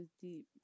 deep